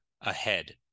ahead